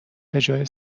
بجای